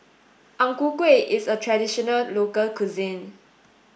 Ang Ku Kueh is a traditional local cuisine